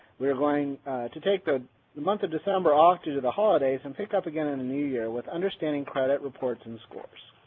we are going to take the the month of december off due to the holidays and pick up again in the new year with understanding credit reports and scores.